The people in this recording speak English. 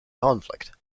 conflict